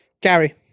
Gary